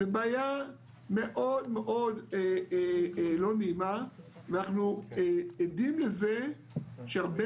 זו בעיה מאוד מאוד לא נעימה ואנחנו עדים לזה שהרבה